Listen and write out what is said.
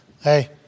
Hey